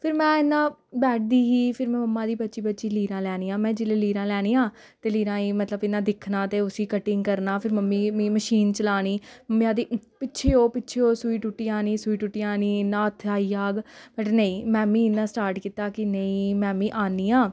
फिर में इ'यां बैठदी ही फिर में मम्मा दी बची बची लीरां लैनियां में जेल्लै लीरां लैनियां ते लीरां गी मतलब इ'यां दिक्खना ते उसी कटिंग करना फिर मम्मी मीं मशीन चलानी मम्मी आखदी पिच्छे ओ पिच्छे ओ सूई टुट्टी जानी सूई टुट्टी जानी इ'यां हत्थ आई जाह्ग बट नेईं में मीं इ'यां स्टार्ट कीता कि नेईं में मीं आन्नी आं